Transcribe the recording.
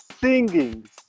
singing